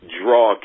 draw